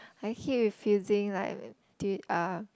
I keep refusing like did~ uh